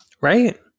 Right